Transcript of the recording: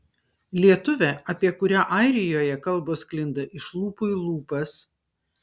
lietuvė apie kurią airijoje kalbos sklinda iš lūpų į lūpas